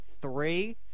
three